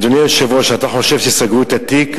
אדוני היושב-ראש, אתה חושב שסגרו את התיק?